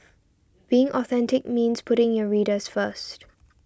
being authentic means putting your readers first